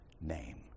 name